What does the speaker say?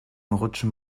rutschen